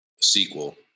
sequel